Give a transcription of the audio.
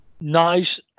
nice